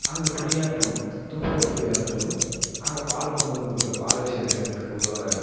அங்கு பணியாற்றும் துப்புரவு தொழிலார்களும் அங்கே பால் கொண்டு வந்து கொடுக்கற பால் அபிஷேகம் செய்கிறத்துக்கு உதவுகிற